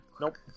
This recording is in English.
Nope